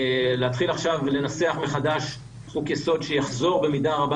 להתחיל עכשיו לנסח מחדש חוק-יסוד שיחזור במידה רבה